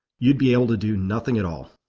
you'd be able to do nothing at all.